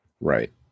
Right